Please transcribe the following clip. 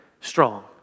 strong